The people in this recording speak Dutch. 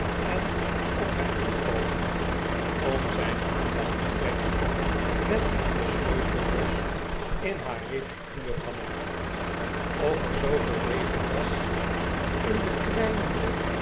en op hem toekomend om zijn aandacht te trekken met den sleutelbos in haar reticule rammelde of er zooveel leven was in de